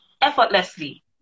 effortlessly